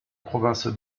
province